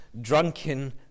drunken